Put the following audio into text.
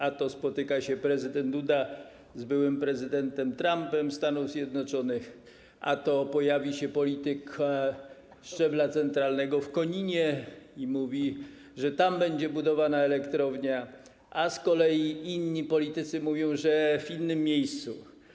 A to spotyka się prezydent Duda z byłym prezydentem Stanów Zjednoczonych Trumpem, a to pojawi się polityk szczebla centralnego w Koninie i mówi, że tam będzie budowana elektrownia, a z kolei inni politycy mówią, że w innym miejscu.